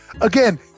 again